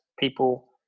people